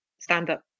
stand-up